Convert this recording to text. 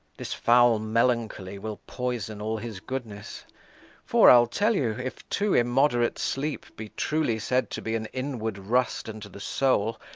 this foul melancholy will poison all his goodness for, i ll tell you, if too immoderate sleep be truly said to be an inward rust unto the soul,